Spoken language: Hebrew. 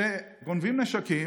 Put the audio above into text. שגונבים נשקים.